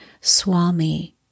Swami